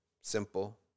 Simple